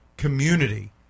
community